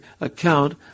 account